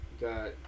got